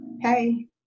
hey